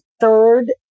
third